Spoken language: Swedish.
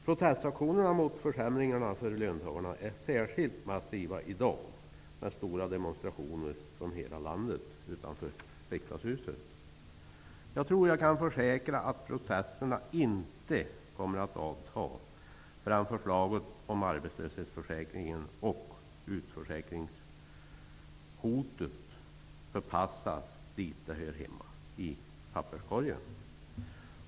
Protestaktionerna mot försämringarna för löntagarna är särskilt massiva i dag, då stora demonstrationer från hela landet pågår utanför Jag tror att jag kan försäkra att protesterna inte kommer att avta förrän förslaget om arbetslöshetsförsäkringen och hotet om utförsäkring förpassas dit de hör hemma, i papperskorgen.